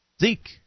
Zeke